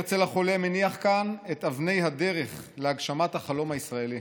הרצל החולם הניח כאן את אבני הדרך להגשמת החלום הישראלי.